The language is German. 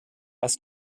was